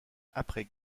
après